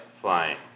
flying